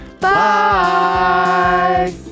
Bye